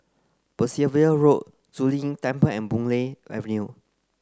Percival Road Zu Lin Temple and Boon Lay Avenue